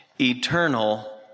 eternal